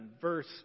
verse